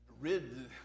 rid